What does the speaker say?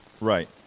Right